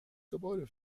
gebäude